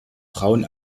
frauen